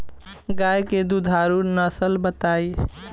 गाय के दुधारू नसल बताई?